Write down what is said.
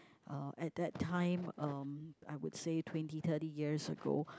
uh at that time um I would say twenty thirty years ago